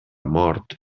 mort